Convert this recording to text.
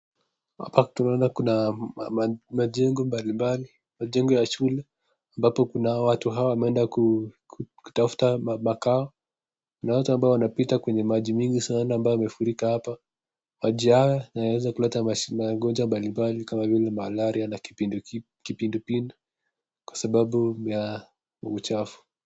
Hapa tunaona kuna majengo mbalimbali, majengo ya shule ambapo kuna watu hao wameenda kutafuta makao. Kuna watu ambao wanapita kwenye maji mingi sana ambayo yamefurika hapa. Maji haya yanaweza kuleta magonjwa mbalimbali kama vile malaria na kipindupindu kwa sababu ya uchafu.